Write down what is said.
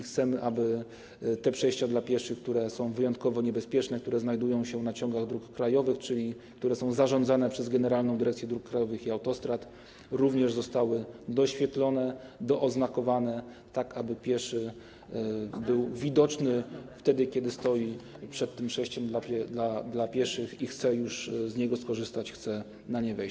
Chcemy, aby te przejścia dla pieszych, które są wyjątkowo niebezpieczne, które znajdują się na ciągach dróg krajowych, czyli są zarządzane przez Generalną Dyrekcję Dróg Krajowych i Autostrad, również zostały doświetlone, dooznakowane, tak aby pieszy był widoczny, kiedy stoi przed tym przejściem dla pieszych i chce już z niego skorzystać, chce na nie wejść.